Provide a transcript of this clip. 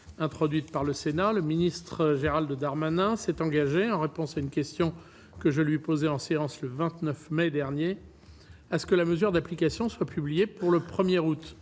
le ministre Gérald Darmanin s'est engagé en réponse à une question que je lui posais en séance le 29 mai dernier à ce que la mesure d'application soient publiés pour le premier,